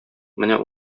менә